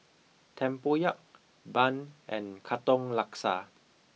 tempoyak Bun and katong laksa